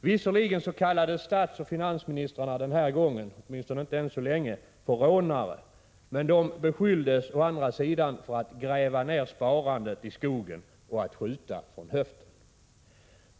Visserligen har statsoch finansministrarna den här gången än så länge inte kallats för rånare, men de beskylldes å andra sidan för att gräva ner sparandet i skogen och för att skjuta från höften.